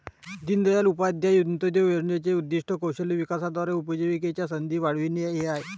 दीनदयाळ उपाध्याय अंत्योदय योजनेचे उद्दीष्ट कौशल्य विकासाद्वारे उपजीविकेच्या संधी वाढविणे हे आहे